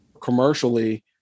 commercially